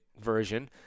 version